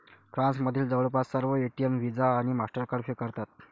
फ्रान्समधील जवळपास सर्व एटीएम व्हिसा आणि मास्टरकार्ड स्वीकारतात